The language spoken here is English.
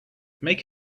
make